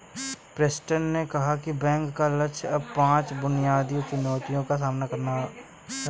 Preston ने कहा कि बैंक का लक्ष्य अब पांच बुनियादी चुनौतियों का सामना करना है